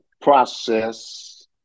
process